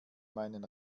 meinen